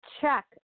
check